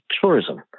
tourism